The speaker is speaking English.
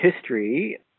history